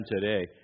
today